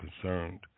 concerned